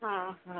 ହଁ ହଁ